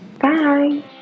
Bye